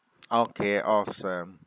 okay awesome